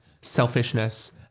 selfishness